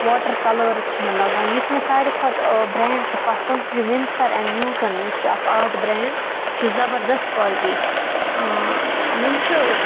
water colours چھِ مےٚ لَگان یُس مےٚ ساروی کھۄتہٕ برٛینٛڈ چھُ پَسنٛد سُہ چھُ وِنسَر اینٛڈ نیوٗٹَن یہِ چھُ اَکھ آرٹ برٛینٛڈ یہِ چھُ زَبردَست کالٹی یِم چھِ